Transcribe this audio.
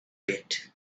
bit